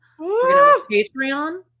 Patreon